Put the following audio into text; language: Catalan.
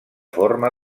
forma